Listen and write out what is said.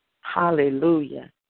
Hallelujah